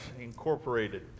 incorporated